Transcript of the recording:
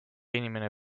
inimene